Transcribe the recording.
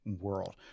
world